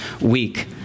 week